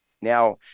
now